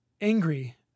Angry